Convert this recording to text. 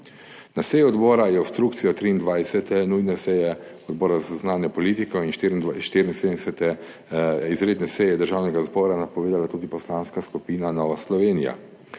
Na seji odbora je obstrukcijo 23. nujne seje odbora za zunanjo politiko in 74. izredne seje Državnega zbora napovedala tudi Poslanska skupina Nova Slovenija.